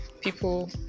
people